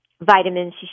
vitamins